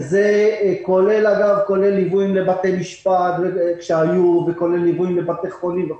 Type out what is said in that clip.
וזה כולל ליווים לבתי משפט כשהיו ולבתי חולים.